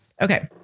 Okay